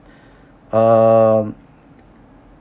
um